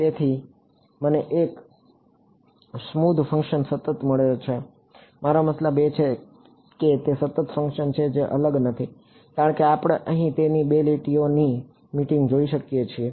તેથી મને એક સ્મૂધ ફંક્શન સતત મળ્યું છે મારો મતલબ કે તે સતત ફંક્શન છે જે અલગ નથી કારણ કે આપણે અહીં તેની 2 લીટીઓની મીટિંગ જોઈ શકીએ છીએ